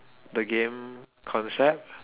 the game concept